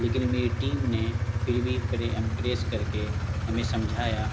لیکن میری ٹیم نے پھر بھی امپریس کر کے ہمیں سمجھایا